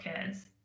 kids